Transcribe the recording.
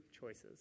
choices